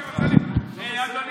אדוני היושב-ראש,